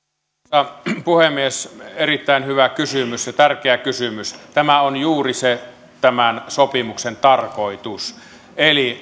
arvoisa puhemies erittäin hyvä ja tärkeä kysymys tämä on juuri tämän sopimuksen tarkoitus eli